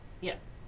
Yes